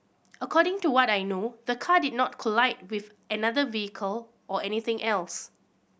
according to what I know the car did not collide with another vehicle or anything else